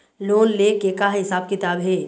Loan ले के का हिसाब किताब हे?